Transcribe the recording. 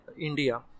India